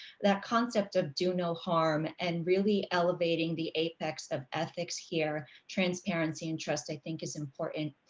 that concept of do no harm. and really elevating the apex of ethics here, transparency and trust. i think is important.